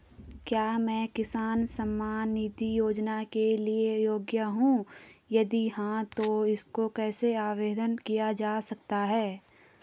क्या मैं किसान सम्मान निधि योजना के लिए योग्य हूँ यदि हाँ तो इसको कैसे आवेदन किया जा सकता है?